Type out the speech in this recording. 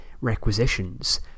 requisitions